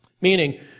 Meaning